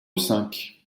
cinq